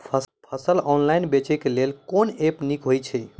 फसल ऑनलाइन बेचै केँ लेल केँ ऐप नीक होइ छै?